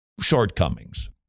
shortcomings